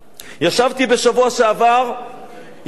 ישבתי בשבוע שעבר עם